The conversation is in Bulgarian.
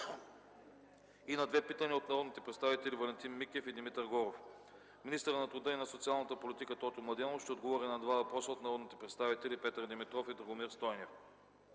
и на две питания от народните представители Валентин Микев и Димитър Горов; - министърът на труда и социалната политика Тотю Младенов ще отговори на два въпроса от народните представители Петър Димитров и Драгомир Стойнев.